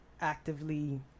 actively